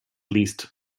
least